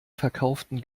verkauften